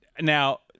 Now